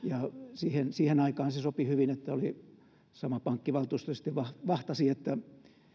siihen siihen aikaan se sopi hyvin että sama pankkivaltuusto sitten vahtasi että